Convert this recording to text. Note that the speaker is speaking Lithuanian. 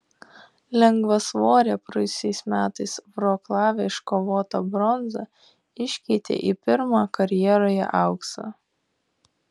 lengvasvorė praėjusiais metais vroclave iškovotą bronzą iškeitė į pirmą karjeroje auksą